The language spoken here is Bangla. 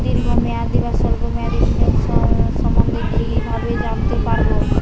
দীর্ঘ মেয়াদি বা স্বল্প মেয়াদি বিনিয়োগ সম্বন্ধে কীভাবে জানতে পারবো?